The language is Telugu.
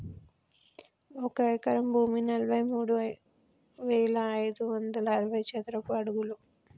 ఒక ఎకరం భూమి నలభై మూడు వేల ఐదు వందల అరవై చదరపు అడుగులు